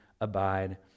abide